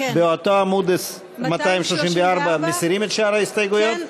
באותו עמוד, 234, מסירים את שאר ההסתייגויות?